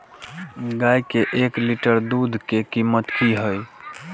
गाय के एक लीटर दूध के कीमत की हय?